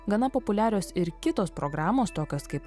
gana populiarios ir kitos programos tokios kaip